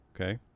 Okay